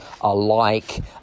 alike